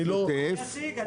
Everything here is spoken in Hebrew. אני אציג.